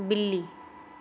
ਬਿੱਲੀ